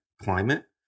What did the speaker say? climate